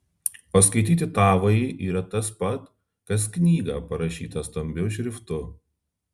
o skaityti tavąjį yra tas pat kas knygą parašytą stambiu šriftu